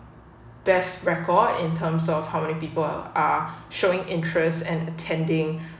best record in terms of how many people are showing interest and attending